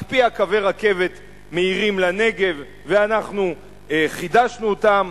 היא הקפיאה קווי רכבת מהירים לנגב ואנחנו חידשנו אותם,